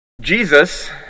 Jesus